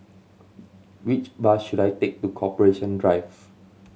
which bus should I take to Corporation Drive